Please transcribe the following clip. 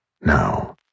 Now